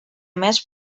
més